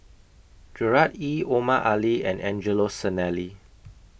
Gerard Ee Omar Ali and Angelo Sanelli